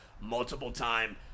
multiple-time